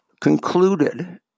concluded